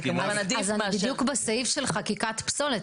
אז אני בדיוק בסעיף של חקיקת פסולת.